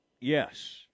Yes